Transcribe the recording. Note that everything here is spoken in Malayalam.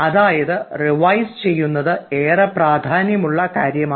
അതായത് റിവൈസ് ചെയ്യുന്നത് ഏറെ പ്രാധാന്യമുള്ള കാര്യമാണ്